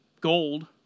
gold